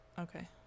Okay